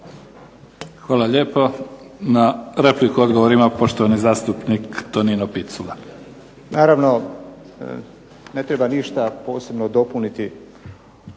Hvala lijepo. Na repliku odgovor ima poštovani zastupnik Tonino Picula. **Picula, Tonino (SDP)** Naravno, ne treba ništa posebno dopuniti